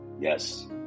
Yes